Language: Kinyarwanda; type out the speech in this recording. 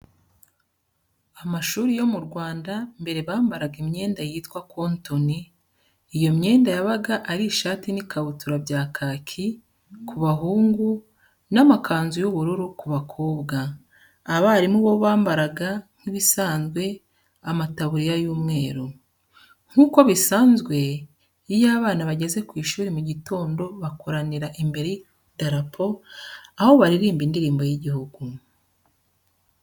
Amashuri yo mu Rwanda mbere bambaraga imyenda yitwa kontoni, iyo myenda yabaga ari ishati n'ikabutura bya kaki ku bahungu n'amakanzu y'ubururu ku bakobwa, abarimu bo bakambara nk'ibisanzwe amataburiya y'umweru. Nk'uko bisanzwe iyo abana bageze ku ishuri mu gitondo bakoranira imbere y'idarapo aho baririmba indirimbo y'igihugu.